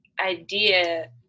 idea